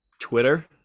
Twitter